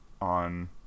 on